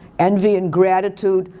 envy and gratitude,